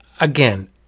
Again